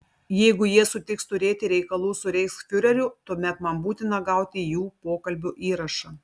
jeigu jie sutiks turėti reikalų su reichsfiureriu tuomet man būtina gauti jų pokalbio įrašą